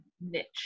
niche